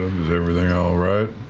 is everything all right?